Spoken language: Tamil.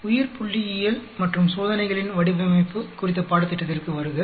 உயிர்புள்ளியியல் மற்றும் சோதனைகளின் வடிவமைப்பு குறித்த பாடத்திட்டத்திற்கு வருக